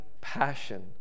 passion